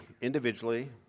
individually